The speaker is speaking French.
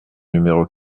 numéro